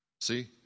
See